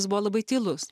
jis buvo labai tylus